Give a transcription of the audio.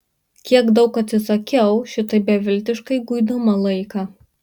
kiek daug atsisakiau šitaip beviltiškai guidama laiką